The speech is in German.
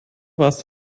warst